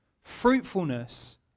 Fruitfulness